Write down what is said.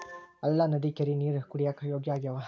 ಹಳ್ಳಾ ನದಿ ಕೆರಿ ನೇರ ಕುಡಿಯಾಕ ಯೋಗ್ಯ ಆಗ್ಯಾವ